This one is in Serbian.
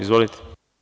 Izvolite.